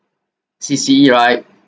C_C_E right